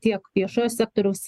tiek viešojo sektoriaus